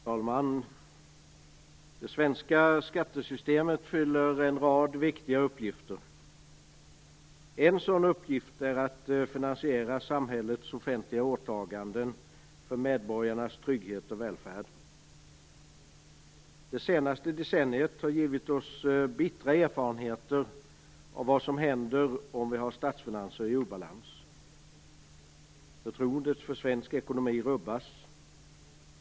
Fru talman! Det svenska skattesystemet har en rad viktiga uppgifter. En sådan uppgift är att finansiera samhällets offentliga åtaganden för medborgarnas trygghet och välfärd. Det senaste decenniet har givit oss bittra erfarenheter av vad som händer om vi har statsfinanser i obalans. Förtroendet för svensk ekonomi rubbas.